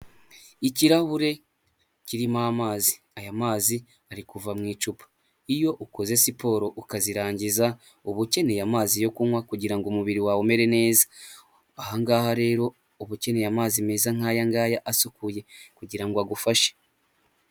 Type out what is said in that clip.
Ikirahure kirimo amazi, aya mazi ari kuva mu icupa, iyo ukoze siporo ukazirangiza uba ukeneye amazi yo kunywa kugira ngo umubiri wawe umere neza, aha ngaha rero uba ukeneye amazi meza nk'aya ngaya asukuye kugira ngo agufashe.